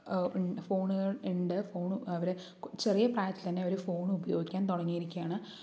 ഫോണുകൾ ഉണ്ട് ഫോൺ അവരെ ചെറിയ പ്രായത്തിൽ തന്നെ അവര് ഫോൺ ഉപയോഗിക്കാൻ തുടങ്ങിയിരിക്കായാണ്